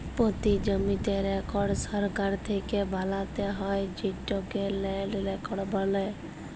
পতি জমির রেকড় সরকার থ্যাকে বালাত্যে হয় যেটকে ল্যান্ড রেকড় বলে